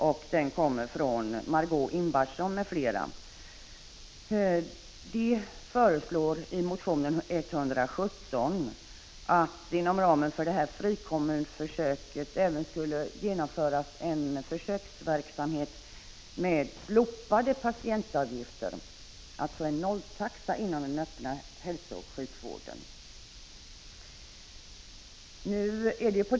Det är motion 117 av Margö Ingvardsson m.fl., vari förslås att det inom ramen för detta frikommunförsök även skall genomföras en försöksverksamhet med slopande av patientavgifter, alltså nolltaxa inom den öppna hälsooch sjukvården.